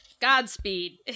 Godspeed